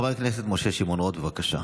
חבר הכנסת משה שמעון רוט,